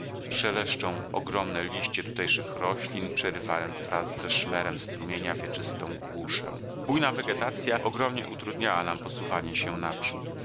szeleszczą ogromne liście tutejszych roślin przerywając wraz ze szmerem strumienia wieczystą głuszę bujna wegetacja ogromnie utrudniała nam posuwanie się naprzód